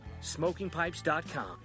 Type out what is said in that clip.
SmokingPipes.com